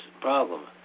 problem